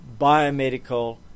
biomedical